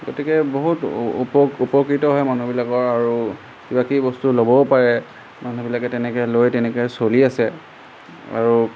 গতিকে বহুত উপকৃত হয় মানুহবিলাকৰ আৰু কিবাকিবি বস্তু ল'বও পাৰে মানুহবিলাকে তেনেকৈ লৈ তেনেকৈ চলি আছে আৰু